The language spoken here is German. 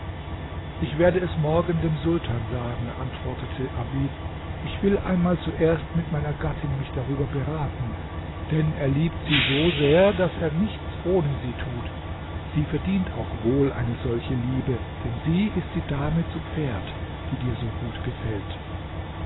ich werde es morgen dem sultan sagen antwortete abid ich will einmal zuerst mit meiner gattin mich darüber beraten denn er liebt sie so sehr daß er nichts ohne sie tut sie verdient auch wohl eine solche liebe denn sie ist die dame zu pferd die dir so gut gefällt